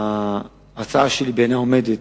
ההצעה שלי בעינה עומדת